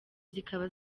zikaba